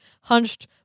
hunched